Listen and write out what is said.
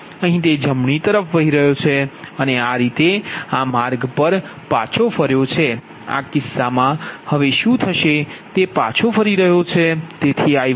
અહીં તે જમણી તરફ વહી રહ્યો છે અને આ રીતે તે આ માર્ગ પર પાછો ફર્યો છે આ કિસ્સામાં હવે શું થશે તે પાછો ફર્યો છે